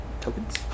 Tokens